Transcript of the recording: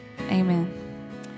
Amen